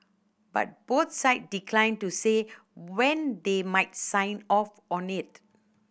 but both side declined to say when they might sign off on it